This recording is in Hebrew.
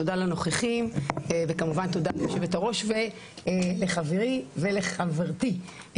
תודה לנוכחים וכמובן תודה ליושבת-הראש ולחברי ולחברתי,